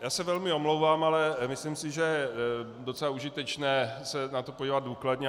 Já se velmi omlouvám, ale myslím si, že je docela užitečné se na to podívat důkladně.